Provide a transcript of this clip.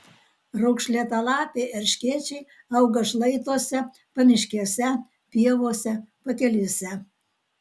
raukšlėtalapiai erškėčiai auga šlaituose pamiškėse pievose pakelėse